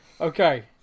Okay